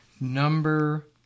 Number